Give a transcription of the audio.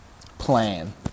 plan